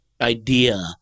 idea